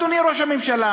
אדוני ראש הממשלה,